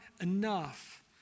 enough